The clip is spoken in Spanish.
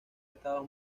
estado